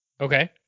Okay